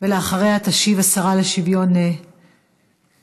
אחריה תשיב השרה לשוויון חברתי,